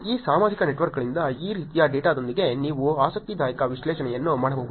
ಈ ಸಾಮಾಜಿಕ ನೆಟ್ವರ್ಕ್ಗಳಿಂದ ಈ ರೀತಿಯ ಡೇಟಾದೊಂದಿಗೆ ನೀವು ಆಸಕ್ತಿದಾಯಕ ವಿಶ್ಲೇಷಣೆಯನ್ನು ಮಾಡಬಹುದು